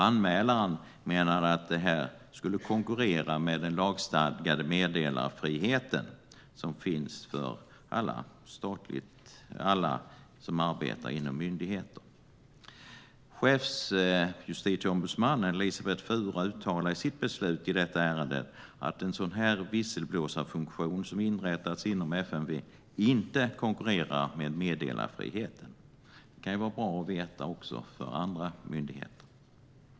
Anmälaren menade att det konkurrerar med den lagstadgade meddelarfrihet som finns för alla som arbetar inom myndigheter. Chefsjustitieombudsmannen Elisabet Fura uttalar i sitt beslut i detta ärende att en sådan visselblåsarfunktion som inrättats inom FMV inte konkurrerar med meddelarfriheten. Det kan vara bra att veta också för andra myndigheter.